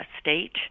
state